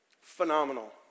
Phenomenal